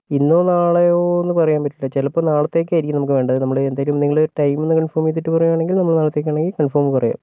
ഇന്നോ നാളെയോന്ന് പറയാൻ പറ്റില്ല ചിലപ്പോൾ നാളെത്തേക്ക് ആയിരിക്കും നമുക്ക് വേണ്ടത് നമ്മൾ എന്തായാലും നിങ്ങൾ ടൈം ഒന്ന് കൺഫോം ചെയ്തിട്ട് പറയുകയാണെങ്കിൽ നമ്മൾ നാളത്തേക്ക് ആണെങ്കിൽ കൺഫോം പറയാം